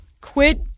quit